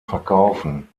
verkaufen